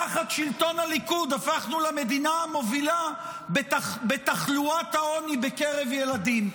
תחת שלטון הליכוד הפכנו למדינה המובילה בתחלואת העוני בקרב ילדים.